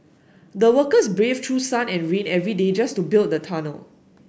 the workers braved through sun and rain every day just to build the tunnel